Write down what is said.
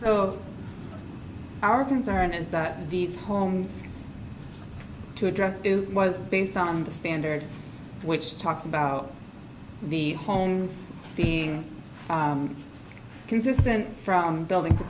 so our concern is that these homes to address was based on the standard which talks about the homes being consistent from building to